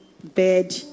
Bed